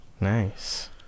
Nice